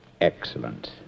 excellent